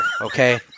okay